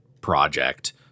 project